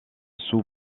sou